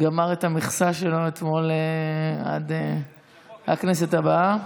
גמר את המכסה שלו אתמול עד הכנסת הבאה,